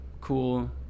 cool